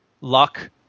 luck